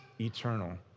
eternal